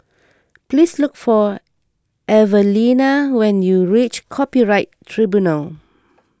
please look for Evelena when you reach Copyright Tribunal